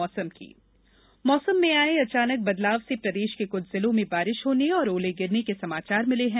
मौसम मौसम में आए अचानक बदलाव से प्रदेश के क्छ जिलों में बारिश होने और ओले गिरने के समाचार मिले है